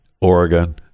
Oregon